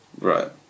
Right